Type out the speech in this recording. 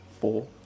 four